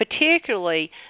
particularly